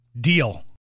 Deal